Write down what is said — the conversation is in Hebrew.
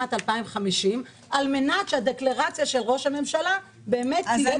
לשנת 2050 על מנת שהדקלרציה של ראש הממשלה באמת תתממש.